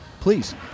Please